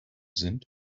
sind